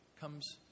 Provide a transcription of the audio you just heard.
comes